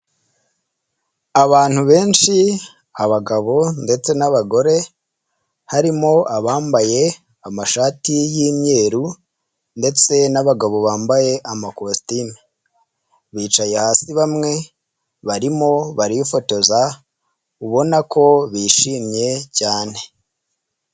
Abantu benshi abagabo ndetse n’abagore. Harimo abambaye amashati y’imyeru ndetse n’abagabo bambaye amakositime bicaye hasi. Bamwe barimo barifotoza ubona ko bishimye cyane.